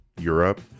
Europe